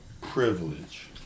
privilege